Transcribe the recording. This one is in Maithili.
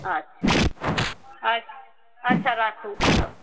अच्छा अच्छा अच्छा राखू तब